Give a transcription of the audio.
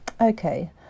Okay